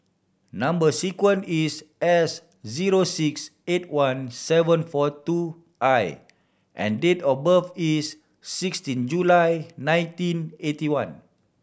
number sequence is S zero six eight one seven four two I and date of birth is sixteen July nineteen eighty one